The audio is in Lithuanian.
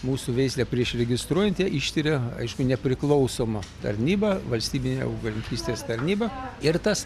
mūsų veislę prieš registruojant ištiria aišku nepriklausoma tarnyba valstybinė augalininkystės tarnyba ir tas